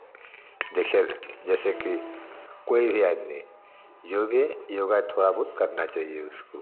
देखिए जैसे कि कोई भी आदमी है जो भी है योग थोड़ा बहुत करना चाहिए उसको